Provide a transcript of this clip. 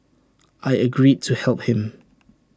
I agreed to help him